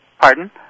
Pardon